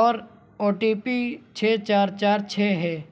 اور O T P چھ چار چار چھ ہے